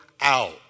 out